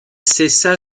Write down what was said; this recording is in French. cessa